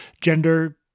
gender